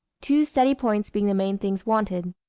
two steady points being the main things wanted.